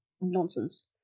nonsense